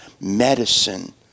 medicine